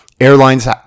airlines